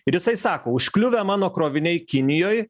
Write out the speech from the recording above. ir jisai sako užkliuvę mano kroviniai kinijoj